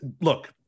look